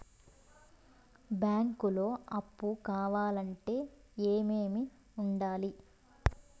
బ్యాంకులో అప్పు కావాలంటే ఏమేమి ఉండాలి?